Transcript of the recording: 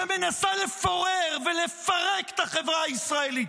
שמנסה לפורר ולפרק את החברה הישראלית.